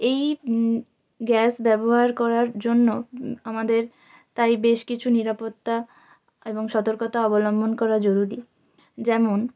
এই গ্যাস ব্যবহার করার জন্য আমাদের তাই বেশ কিছু নিরাপত্তা এবং সতর্কতা অবলম্বন করা জরুরি যেমন